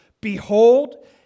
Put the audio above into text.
Behold